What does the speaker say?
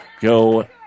go